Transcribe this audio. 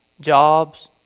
jobs